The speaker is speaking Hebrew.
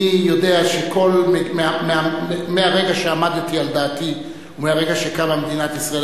אני יודע שמהרגע שעמדתי על דעתי ומהרגע שקמה מדינת ישראל,